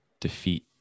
defeat